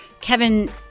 Kevin